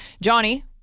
johnny